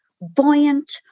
buoyant